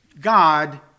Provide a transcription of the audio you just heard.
God